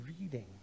reading